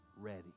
ready